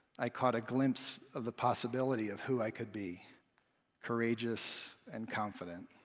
i caught a glimpse of the possibility of who i could be courageous and confident.